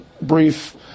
brief